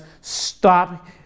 Stop